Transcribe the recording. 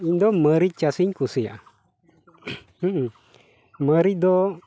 ᱤᱧᱫᱚ ᱢᱟᱹᱨᱤᱪ ᱪᱟᱥ ᱤᱧ ᱠᱩᱥᱤᱭᱟᱜᱼᱟ ᱢᱟᱹᱨᱤᱪ ᱫᱚ